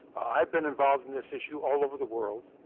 i've been involved in this issue all over the world.